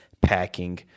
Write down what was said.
packing